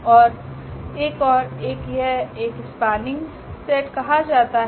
और एक और एक यह एक स्पनिंग सेट कहा जाता है